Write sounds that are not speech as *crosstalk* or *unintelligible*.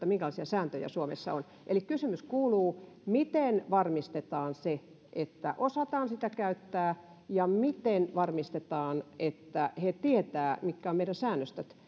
*unintelligible* minkälaisia sääntöjä suomessa on eli kysymys kuuluu miten varmistetaan se että osataan sitä käyttää ja miten varmistetaan että he tietävät mitkä ovat meidän säännöstöt